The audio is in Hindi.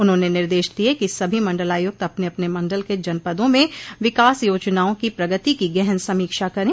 उन्होंने निर्देश दिये कि सभी मंडलायुक्त अपने अपने मंडल के जनपदों में विकास योजनाओं की प्रगति की गहन समीक्षा करे